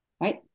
right